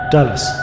Dallas